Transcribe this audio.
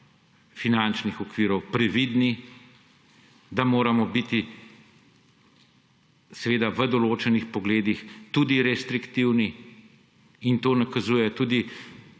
finančnih okvirov previdni, da moramo biti seveda v določenih pogledih tudi restriktivni in to nakazujejo tudi